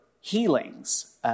healings